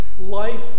life